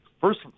first